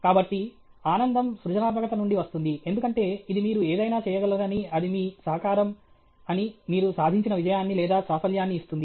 కాబట్టి ఆనందం సృజనాత్మకత నుండి వస్తుంది ఎందుకంటే ఇది మీరు ఏదైనా చేయగలరని అది మీ సహకారం అని మీరు సాధించిన విజయాన్ని లేదా సాఫల్యాన్ని ఇస్తుంది